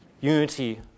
unity